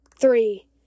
three